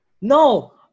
No